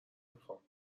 میخام